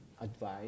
advice